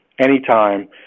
anytime